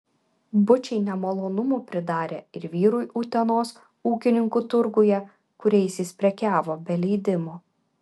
bučiai nemalonumų pridarė ir vyrui utenos ūkininkų turguje kuriais jis prekiavo be leidimo